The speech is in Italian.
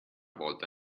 volta